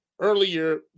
Earlier